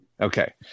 Okay